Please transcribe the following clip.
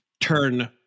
turn